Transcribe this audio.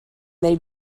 they